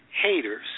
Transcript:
haters